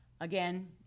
Again